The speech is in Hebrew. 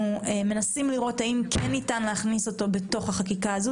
אנחנו מנסים לראות האם ניתן להכניס את זה בחקיקה הזאת,